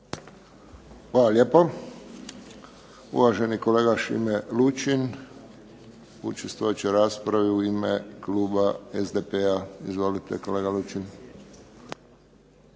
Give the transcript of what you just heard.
Hvala lijepa. Uvaženi kolega Šime Lučin učestvovat će u raspravi u ime kluba SDP-a. Izvolite kolega Lučin.